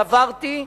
סברתי,